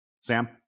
Sam